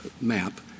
map